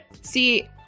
See